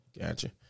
Gotcha